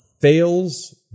Fails